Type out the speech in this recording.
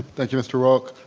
thank you mr. wilk.